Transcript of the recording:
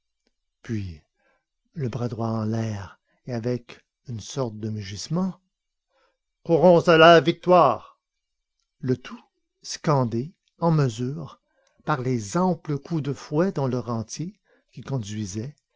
puis le bas droit en l'air et avec une sorte de mugissement courons à la victoire le tout scandé en mesure par les amples coups de fouet dont le rentier qui conduisait